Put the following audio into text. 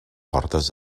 portes